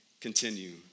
continue